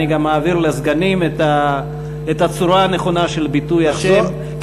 אני גם אעביר לסגנים את הצורה הנכונה של ביטוי השם.